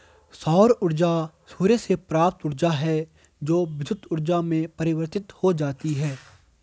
सौर ऊर्जा सूर्य से प्राप्त ऊर्जा है जो विद्युत ऊर्जा में परिवर्तित हो जाती है